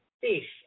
fish